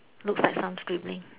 looks like some scribbling